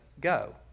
go